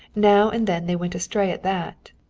now and then they went astray at that,